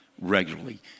regularly